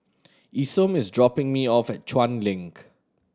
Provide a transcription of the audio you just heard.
Isom is dropping me off at Chuan Link